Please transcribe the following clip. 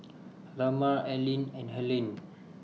Lamar Aline and Helaine